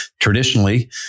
Traditionally